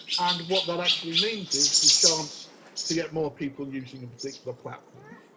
and what that actually means is the chance to get more people using a particular platform,